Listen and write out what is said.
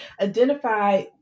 identify